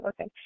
okay